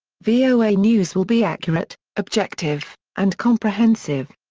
voa news will be accurate, objective, and comprehensive.